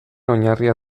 oinarria